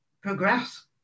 progress